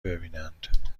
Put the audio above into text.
ببینند